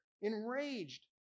enraged